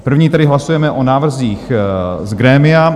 První tedy hlasujeme o návrzích z grémia.